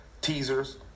teasers